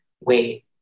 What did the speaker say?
wait